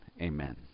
amen